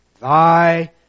Thy